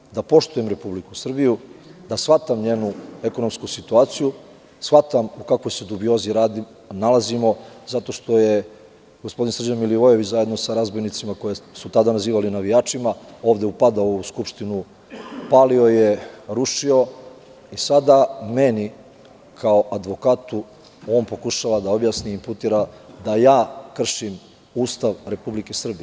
Rekao sam da poštujem Republiku Srbiju, da shvatam njenu ekonomsku situaciju, shvatam o kakvoj se dubiozi radi i gde se nalazimo, zato što je gospodin Srđan Milivojević zajedno sa razbojnicima koje su tada nazivali navijačima ovde upadao u ovu skupštinu, palio je, rušio i sada meni kao advokatu pokušava da objasni da ja kršim Ustav Republike Srbije.